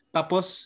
Tapos